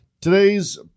Today's